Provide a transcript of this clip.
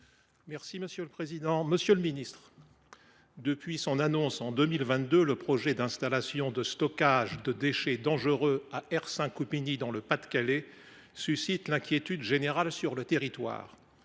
prévention des risques. Monsieur le ministre, depuis son annonce en 2022, le projet d’installation de stockage des déchets dangereux (ISDD) d’Hersin Coupigny, dans le Pas de Calais, suscite l’inquiétude générale sur le territoire.